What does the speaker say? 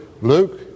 Luke